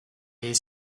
les